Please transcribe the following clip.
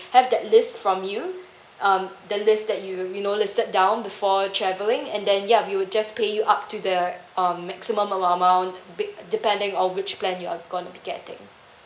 have that list from you um the list that you you know listed down before travelling and then yup we'll just pay you up to the um maximum amount big depending on which plan you're going to be getting